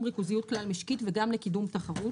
ריכוזיות כלל משקית וגם לקידום תחרות,